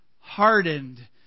hardened